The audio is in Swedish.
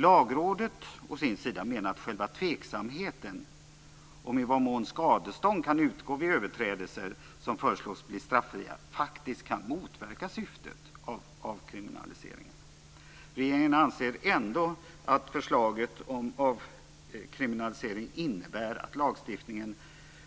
Lagrådet å sin sida menar att själva tveksamheten om i vad mån skadestånd kan utgå vid överträdelser som föreslås bli straffria faktiskt kan motverka syftet av avkriminaliseringen. Regeringen anser ändå att förslaget om avkriminalisering innebär att lagstiftningen